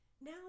Now